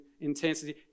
intensity